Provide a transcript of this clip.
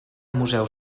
museu